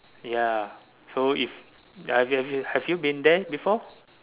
ya so if have you have you have you been there before